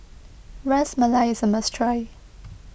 Ras Malai is a must try